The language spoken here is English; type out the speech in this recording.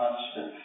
constant